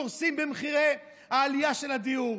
קורסים בעלייה של מחירי הדיור.